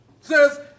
says